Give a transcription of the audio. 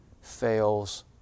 fails